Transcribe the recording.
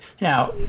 Now